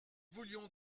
voulions